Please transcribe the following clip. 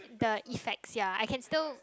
the effects ya I can still